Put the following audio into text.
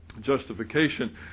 justification